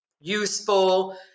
useful